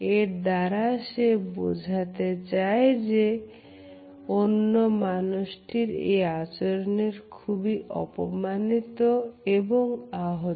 এর দ্বারা সে বোঝাতে চায় যে সে অন্য মানুষটির এই আচরণে খুবই অপমানিত এবং আহত